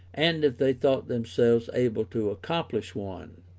and if they thought themselves able to accomplish one.